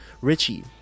Richie